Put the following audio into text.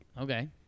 Okay